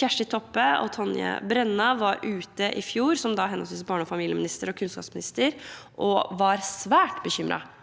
Kjersti Toppe og Tonje Brenna var som henholdsvis barne- og familieminister og kunnskapsminister i fjor ute og sa de var svært bekymret